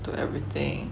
to everything